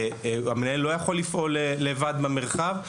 והמנהל לא יכול לפעול לבד במרחב.